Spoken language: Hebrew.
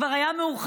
כבר היה מאוחר.